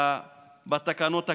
בתקנות הקיימות.